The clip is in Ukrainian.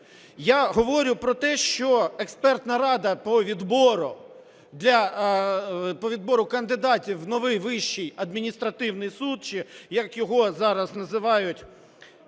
Я говорю про те, що Експертна рада по відбору кандидатів в новий Вищий адміністративний суд чи, як його зараз називають,